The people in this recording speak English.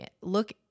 look